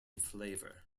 flavour